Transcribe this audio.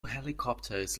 helicopters